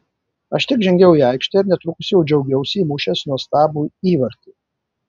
aš tik žengiau į aikštę ir netrukus jau džiaugiausi įmušęs nuostabų įvartį